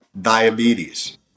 diabetes